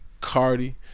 Cardi